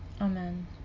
Amen